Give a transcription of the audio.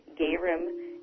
gayrim